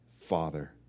father